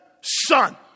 son